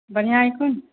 बढ़िआँ ऐखन